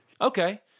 Okay